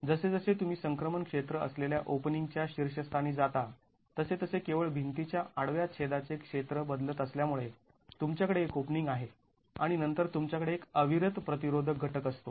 जसे जसे तुम्ही संक्रमण क्षेत्र असलेल्या ओपनिंग च्या शीर्षस्थानी जाता तसे तसे केवळ भिंती च्या आडव्या छेदाचे क्षेत्र बदलत असल्यामुळे तुमच्याकडे एक ओपनिंग आहे आणि नंतर तुमच्याकडे एक अविरत प्रतिरोधक घटक असतो